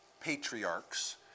patriarchs